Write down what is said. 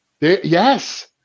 Yes